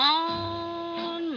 on